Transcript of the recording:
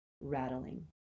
rattling